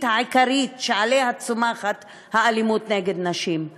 העיקרית שעליה צומחת האלימות נגד נשים,